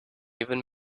even